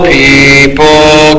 people